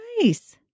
nice